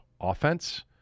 offense